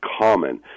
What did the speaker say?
common